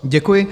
Děkuji.